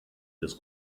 des